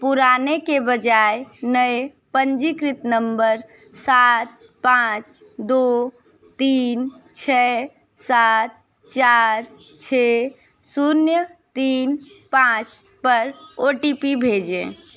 पुराने के बजाय नए पंजीकृत नंबर सात पाँच दो तीन छः सात चार छः शून्य तीन पाँच पर ओ टी पी भेजें